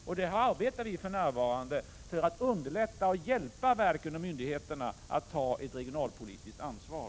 Vi arbetar för närvarande på att underlätta och hjälpa verken och myndigheterna att ta ett regionalpolitiskt ansvar.